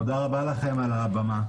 תודה רבה לכם על הבמה.